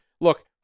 look